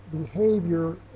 behavior